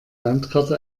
landkarte